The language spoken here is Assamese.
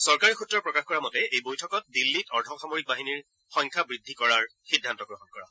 চৰকাৰী সুত্ৰই প্ৰকাশ কৰা মতে এই বৈঠকত দিন্নীত অৰ্ধসামৰিক বাহিনীৰ সংখ্যা বৃদ্ধি কৰাৰ সিদ্ধান্ত গ্ৰহণ কৰা হয়